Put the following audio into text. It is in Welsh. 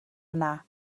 yna